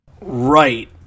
Right